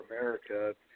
America